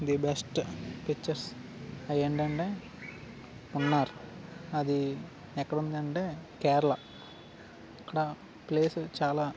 the best pictures I ఏంటంటే మున్నార్ అది ఎక్కడ ఉందంటే కేరళ అక్కడ ప్లేస్ చాలా